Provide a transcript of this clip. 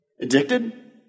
Addicted